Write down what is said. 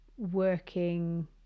working